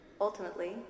Ultimately